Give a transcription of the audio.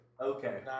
Okay